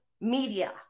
media